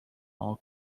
all